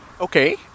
Okay